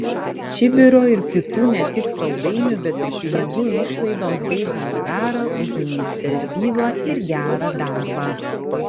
čibiro ir kitų ne tik saldainių bet ir pinigų išlaidoms bei honorarą už iniciatyvą ir gerą darbą